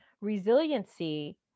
resiliency